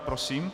Prosím.